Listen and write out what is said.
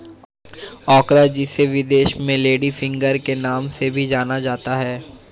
ओकरा जिसे विदेश में लेडी फिंगर के नाम से जाना जाता है